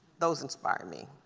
those inspire me.